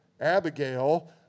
Abigail